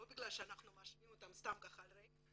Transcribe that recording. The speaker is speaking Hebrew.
לא בגלל שאנחנו מאשימים אותם סתם ככה על ריק,